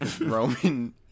Roman